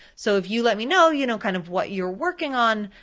so if you let me know you know kind of what you're working on,